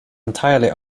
entirely